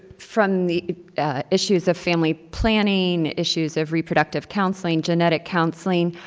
from the issues of family planning, issues of reproductive counseling, genetic counseling.